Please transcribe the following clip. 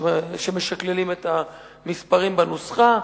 כאשר משקללים את המספרים בנוסחה,